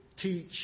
teach